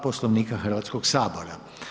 Poslovnika Hrvatskoga sabora.